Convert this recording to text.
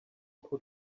put